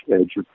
edge